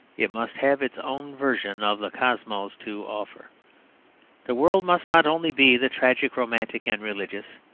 it must have its own version of the cosmos to offer the world must not only be the tragic, romantic, and religious,